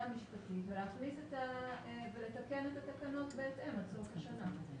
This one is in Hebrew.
המשפטית ולתקן את התקנות בהתאם עד סוף השנה.